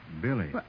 Billy